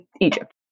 Egypt